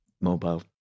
mobile